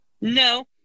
No